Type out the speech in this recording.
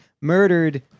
murdered